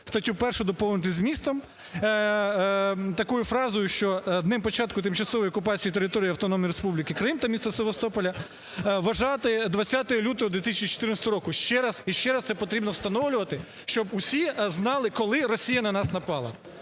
статтю 1 доповнити змістом, такою фразою, що "днем початку тимчасової окупації території Автономної Республіки Крим та міста Севастополя вважати 20 лютого 2014 року". І ще раз це потрібно встановлювати, щоб усі знали, коли Росія на нас напала.